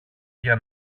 για